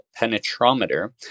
penetrometer